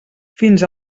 fins